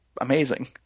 amazing